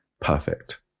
perfect